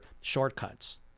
shortcuts